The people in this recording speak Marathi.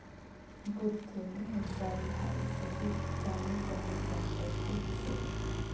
बुध्दीनी हुशारी हाई सुदीक ज्यानी त्यानी संपत्तीच शे